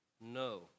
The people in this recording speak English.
no